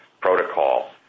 Protocol